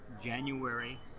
January